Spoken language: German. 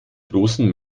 großen